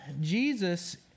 Jesus